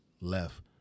left